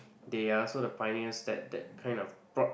they are also the pioneers that that kind of brought